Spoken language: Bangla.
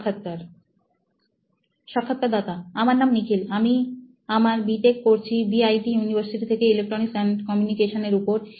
সাক্ষাৎকারদাতা আমার নাম নিখিল আমি আমার বি টেক করেছি বিআইটি ইউনিভার্সিটি থেকে ইলেকট্রনিক্স এন্ড কমিউনিকেশনএর উপর